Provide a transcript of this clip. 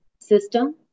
system